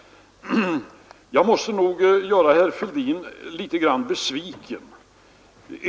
Jag måste då göra herr Fälldin litet besviken.